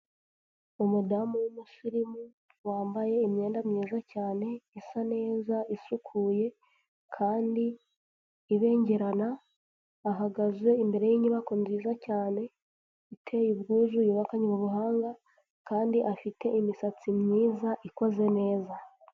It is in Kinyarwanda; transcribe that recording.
umudamu w'umusirimu wambaye imyenda myiza cyane isa neza isukuye, kandi ibengerana ahagaze imbere y'inyubako nziza cyane, iteye ubwuzu yubakanye ubuhanga kandi afite imisatsi myiza ikoze neza.